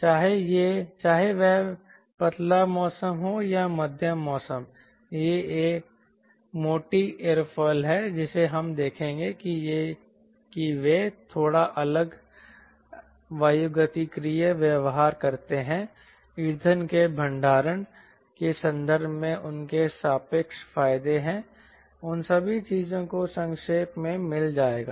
चाहे वह पतला मौसम हो या मध्यम मौसम यह एक मोटी एयरोफिल है जिसे हम देखेंगे कि वे थोड़ा अलग वायुगतिकीय व्यवहार करते हैं ईंधन के भंडारण के संदर्भ में उनके सापेक्ष फायदे हैं उन सभी चीजों को संक्षेप में मिल जाएगा